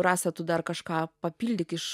rasa tu dar kažką papildyk iš